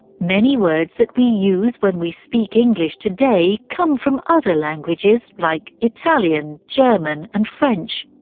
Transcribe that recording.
many words that we use when we speak english today come from other languages like italian, german and french,